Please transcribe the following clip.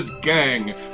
gang